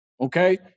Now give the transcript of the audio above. okay